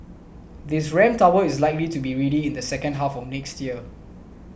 this ramp tower is likely to be ready in the second half next year